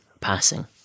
passing